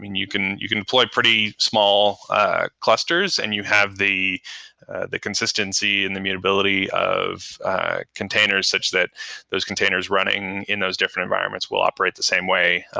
you can you can employ pretty small ah clusters and you have the the consistency and the mutability of containers such that those containers running in those different environments will operate the same way, ah